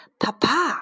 papa